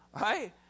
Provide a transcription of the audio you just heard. Right